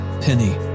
penny